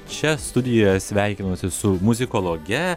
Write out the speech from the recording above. čia studijoje sveikinuosi su muzikologe